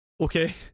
Okay